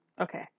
Okay